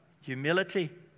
Humility